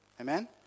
Amen